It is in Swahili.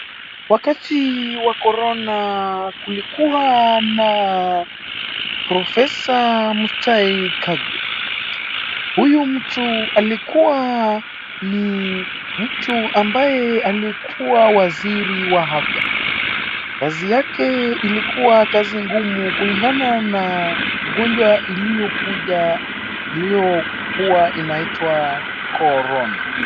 Wakati a korona kulikuwa na profesa Mutahi Kagwe. Huyu mtu alikuwa mtu ambaye alikuwa waziri wa afya. Kazi yake ilikuwa kazi ngumu kulingana na ugonjwa uliokuja uliokuwa unaitwa korona.